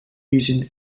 using